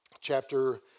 chapter